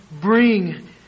bring